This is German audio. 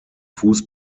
fuß